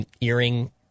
earring